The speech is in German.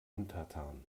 untertan